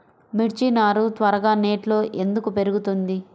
మిర్చి నారు త్వరగా నెట్లో ఎందుకు పెరుగుతుంది?